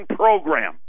program